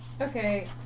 Okay